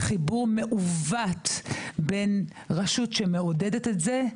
חיבור מעוות בין רשות שמעודדת את זה,